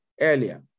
earlier